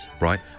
Right